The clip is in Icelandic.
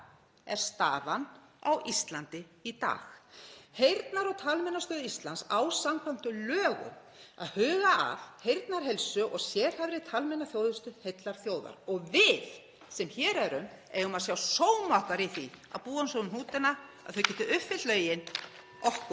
er staðan á Íslandi í dag. Heyrnar- og talmeinastöð Íslands á samkvæmt lögum að huga að heyrnarheilsu og sérhæfðri talmeinaþjónustu heillar þjóðar og við sem hér erum eigum að sjá sóma okkar í því að búa svo um hnútana að hún geti uppfyllt lögin okkur